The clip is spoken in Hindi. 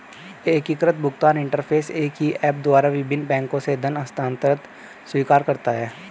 एकीकृत भुगतान इंटरफ़ेस एक ही ऐप द्वारा विभिन्न बैंकों से धन हस्तांतरण स्वीकार करता है